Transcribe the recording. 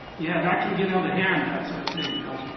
yeah that can get out of hand, that sort of thing, you know.